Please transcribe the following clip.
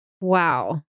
Wow